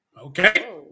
Okay